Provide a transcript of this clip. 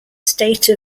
state